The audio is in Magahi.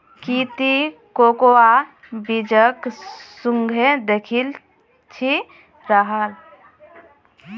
की ती कोकोआ बीजक सुंघे दखिल छि राहल